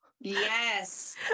Yes